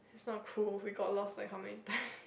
it's not cool we got lost like how many time